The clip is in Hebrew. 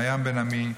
מעיין בן עמי,